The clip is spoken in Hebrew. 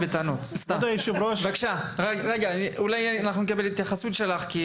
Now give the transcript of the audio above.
שכותב --- אולי נקבל התייחסות שלך כי